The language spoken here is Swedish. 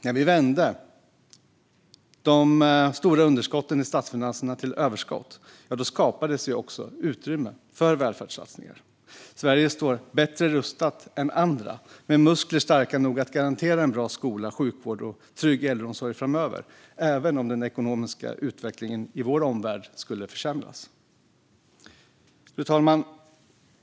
När vi vände de stora underskotten i statsfinanserna till överskott skapade vi utrymme för välfärdssatsningar. Sverige står bättre rustat än andra, med muskler starka nog att garantera en bra skola, sjukvård och trygg äldreomsorg framöver även om den ekonomiska utvecklingen i vår omvärld skulle försämras. Fru talman!